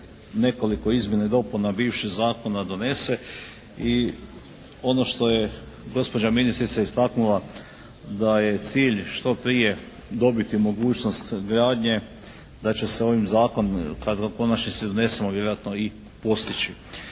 nekoliko izmjena i dopuna bivših zakona donese i ono što je gospođa ministrica istaknula da je cilj što prije dobiti mogućnost gradnje da će se ovaj Zakon kad ga u konačnici donesemo vjerojatno i postići,